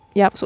ja